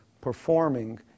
performing